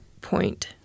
point